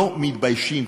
לא מתביישים.